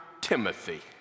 Timothy